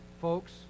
Folks